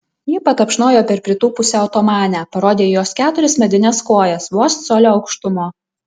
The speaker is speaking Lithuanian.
ji patapšnojo per pritūpusią otomanę parodė į jos keturias medines kojas vos colio aukštumo